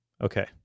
Okay